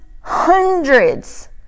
hundreds